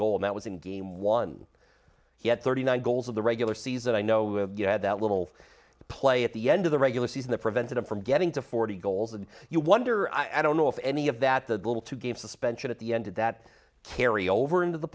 goal that was in game one he had thirty nine goals of the regular season i know you had that little play at the end of the regular season that prevented him from getting to forty goals and you wonder i don't know if any of that the little two game suspension at the end that carry over into the